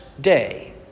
day